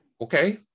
okay